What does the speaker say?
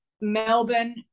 Melbourne